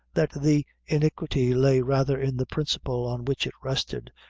that the iniquity lay rather in the principal on which it rested,